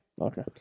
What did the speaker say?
Okay